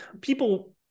people